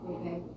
Okay